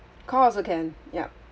call also can yup